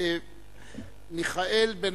מיכאל בן-ארי.